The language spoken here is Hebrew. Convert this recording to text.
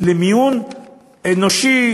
למיון אנושי,